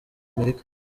amerika